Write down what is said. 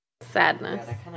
Sadness